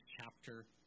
chapter